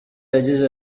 yagize